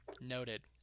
noted